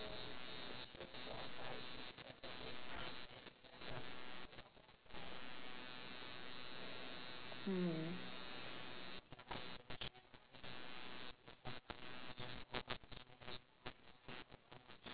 mm